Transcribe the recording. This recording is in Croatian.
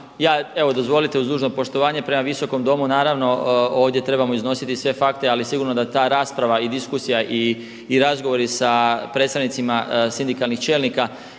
evo dozvolite uz dužno poštovanje prema Visokom domu naravno ovdje trebamo iznositi sve fakte, ali sigurno da ta rasprava i diskusija i razgovori sa predstavnicima sindikalnih čelnika